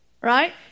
right